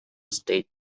state